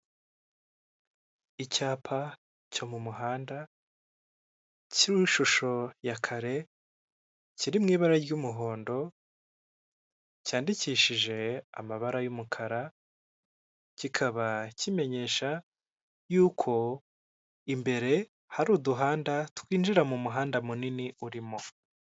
Icyapa cyo mu muhanda kiriho ishusho ya kare, kiri mu ibara ry'umuhondo cyandikishije amabara y'umukara, kikaba kimenyesha y'uko imbere hari uduhanda twinjira mu muhanda munini urimo.